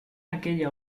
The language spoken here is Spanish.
aquella